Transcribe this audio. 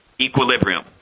equilibrium